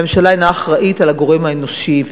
הממשלה אינה אחראית על הגורם האנושי,